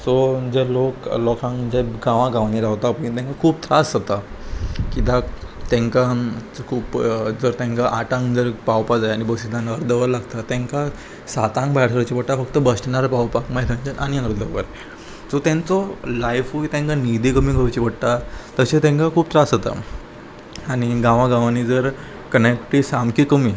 so जे लोक लोकांक जे गांवा गांवांनी रावता पळय तांकां खूब त्रास जाता कित्याक तांकां खूब जर तांकां आठांक जर पावपा जाय आनी बसीन अर्दवर लागता तांकां सातांक भायर सरची पडटा फक्त बस स्टँडार पावपाक मागीर तेंच्यान आनीक अर्दवर सो तांचो लायफूय तांकां न्हिदीय कमी करची पडटा तशें तांकां खूब त्रास जाता आनी गांवा गांवांनी जर कनेक्टी सामकी कमी